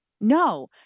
No